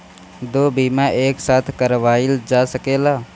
दो बीमा एक साथ करवाईल जा सकेला?